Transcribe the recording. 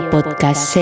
Podcast